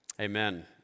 Amen